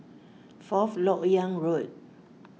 Fourth Lok Yang Road